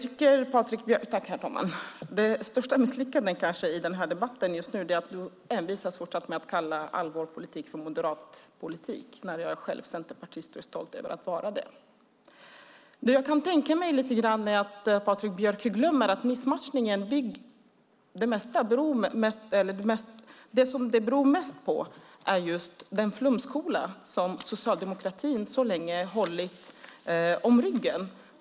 Herr talman! Det största misslyckandet i debatten just nu är kanske att Patrik Björck fortsatt envisas med att kalla all vår politik för moderat politik när jag själv är centerpartist och stolt över att vara det. Jag kan tänka mig att Patrik Björck lite grann glömmer bort att det som missmatchningen mest beror på är den flumskola som socialdemokratin så länge har hållit om ryggen.